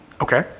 Okay